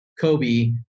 Kobe